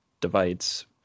divides